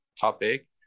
topic